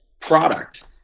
product